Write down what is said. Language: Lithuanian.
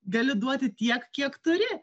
gali duoti tiek kiek turi